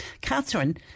Catherine